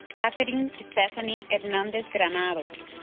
katherine stephanie hernandez granados